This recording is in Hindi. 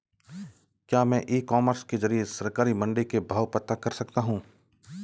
क्या मैं ई कॉमर्स के ज़रिए सरकारी मंडी के भाव पता कर सकता हूँ?